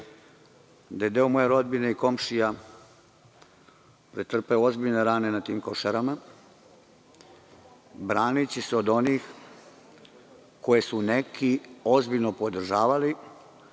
da je deo moje rodbine i komšija pretrpeo ozbiljne rane na Košarama braneći se od onih koje su neki ozbiljno podržavali,